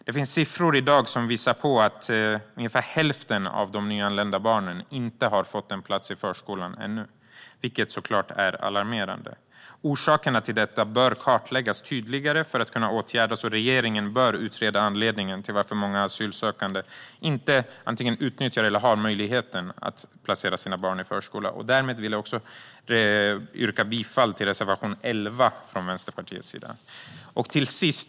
Det finns siffror som visar på att ungefär hälften av de nyanlända barnen inte har fått plats i förskolan ännu, vilket såklart är alarmerande. Orsakerna till detta bör kartläggas tydligare för att kunna åtgärdas, och regeringen bör utreda anledningen till att många asylsökande inte antingen utnyttjar eller har möjligheten att placera sina barn i förskola. Därmed vill jag från Vänsterpartiets sida yrka bifall till reservation 11.